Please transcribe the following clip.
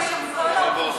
בבקשה.